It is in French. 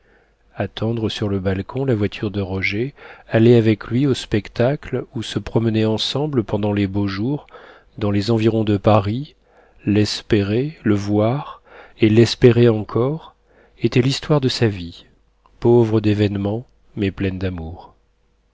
attendre sur le balcon la voiture de roger aller avec lui au spectacle ou se promener ensemble pendant les beaux jours dans les environs de paris l'espérer le voir et l'espérer encore étaient l'histoire de sa vie pauvre d'événements mais pleine d'amour